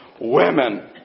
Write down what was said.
women